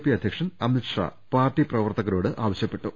P അധ്യക്ഷൻ Amit Shah party പ്രവർത്ത കരോട് ആവശ്യപ്പെട്ടു